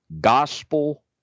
gospel